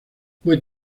buen